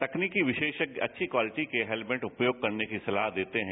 तकनीकी विरोषज्ञ अच्छी क्वालिटी के हेलमेट उपयोग की सलाह देते हैं